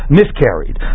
miscarried